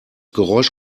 geräusch